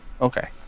Okay